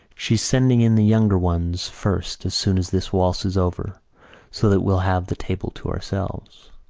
she's sending in the younger ones first as soon as this waltz is over so that we'll have the table to ourselves.